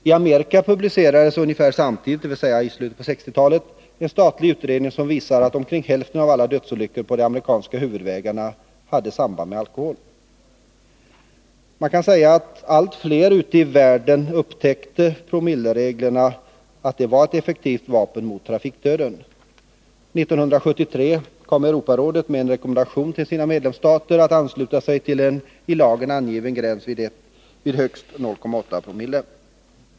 I Amerika publicerades ungefär samtidigt, dvs. i slutet av 1960-talet, en statlig utredning som visade att ungefär hälften av alla dödsolyckor på de amerikanska huvudvägarna hade samband med alkohol. Man kan säga att allt fler ute i världen upptäckte att promillereglerna var ett effektivt vapen mot trafikdöden. 1973 kom Europarådet med en rekommendation till sina medlemsstater att ansluta sig till en i lag angiven gräns vid högst 0,8 promille.